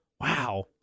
Wow